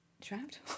trapped